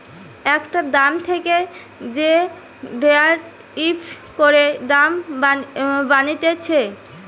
একটা দাম থেকে যে ডেরাইভ করে দাম বানাতিছে